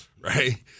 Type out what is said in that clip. Right